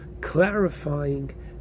clarifying